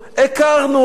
הכרנו,